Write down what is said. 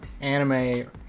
anime